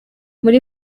muri